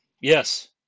Yes